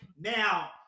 now